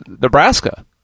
Nebraska